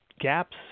gaps